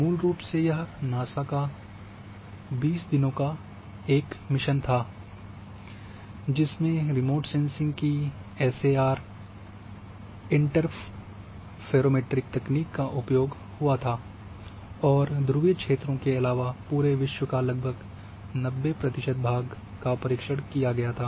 मूल रूप से यह नासा का 20 दिनों का मिशन था जिसमें रिमोट सेंसिंग की एसएआर इंटरफेरोमेट्रिक तकनीक का उपयोग हुआ था और ध्रुवीय क्षेत्रों के अलावा पूरे विश्व का लगभग 90 प्रतिशत भाग का परीक्षण हुआ था